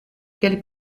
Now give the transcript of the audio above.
quel